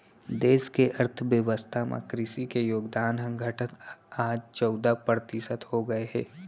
देस के अर्थ बेवस्था म कृसि के योगदान ह घटत आज चउदा परतिसत हो गए हे